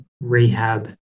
rehab